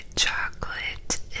chocolate